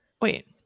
wait